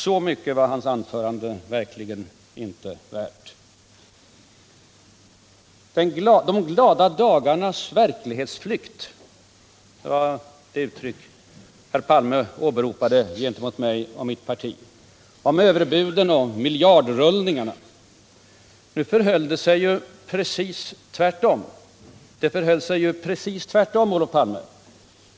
Så mycket var hans anförande verkligen inte värt. ”De glada dagarnas verklighetsflykt” var det uttryck herr Palme åberopade gentemot mig och mitt parti när han beskyllde oss för överbud och miljardrullningar. Nu förhöll det sig precis tvärtom, Olof Palme.